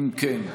אם כן,